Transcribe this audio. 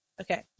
Okay